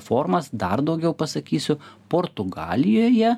formas dar daugiau pasakysiu portugalijoje